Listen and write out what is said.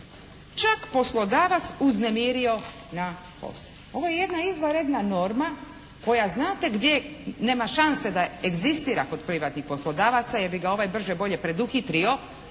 čak poslodavac uznemirio na poslu. Ovo je jedna izvanredna norma koja znate gdje nema šanse da egzistira kod privatnih poslodavaca jer bi ga ovaj brže bolje preduhitrio